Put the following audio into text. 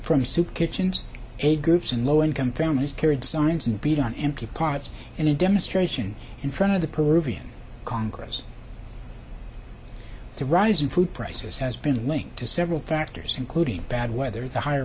from soup kitchens aid groups and low income families carried signs and beat on empty parts in a demonstration in front of the peruvian congress the rising food prices has been linked to several factors including bad weather the higher